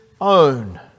own